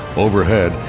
overhead,